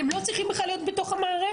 הם לא צריכים בכלל להיות בתוך המערכת.